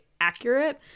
accurate